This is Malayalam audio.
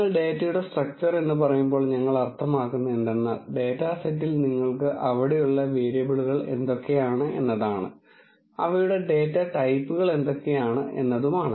നിങ്ങൾ ഡാറ്റയുടെ സ്ട്രക്ച്ചർ എന്ന് പറയുമ്പോൾ ഞങ്ങൾ അർത്ഥമാക്കുന്നത് എന്താണെന്നാൽ ഡാറ്റ സെറ്റിൽ നിങ്ങൾക്ക് അവിടെയുള്ള വേരിയബിളുകൾ എന്തൊക്കെയാണ് അവയുടെ ഡാറ്റ ടൈപ്പുകൾ എന്തൊക്കെയാണ് എന്നതാണ്